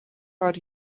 are